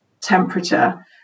temperature